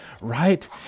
right